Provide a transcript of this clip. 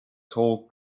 tall